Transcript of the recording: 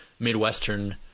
Midwestern